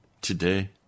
today